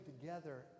together